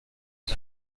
las